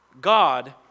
God